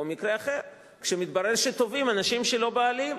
או מקרה אחר, כשמתברר שתובעים אנשים שהם לא בעלים.